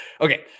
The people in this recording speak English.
Okay